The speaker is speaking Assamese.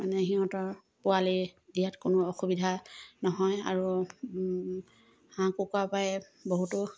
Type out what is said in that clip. মানে সিহঁতৰ পোৱালি দিয়াত কোনো অসুবিধা নহয় আৰু হাঁহ কুকুৰা পায় বহুতো